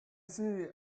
see